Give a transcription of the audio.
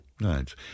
Right